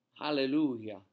Hallelujah